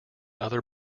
other